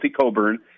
Coburn